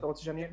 דבר אחד,